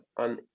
on